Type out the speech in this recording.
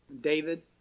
David